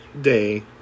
day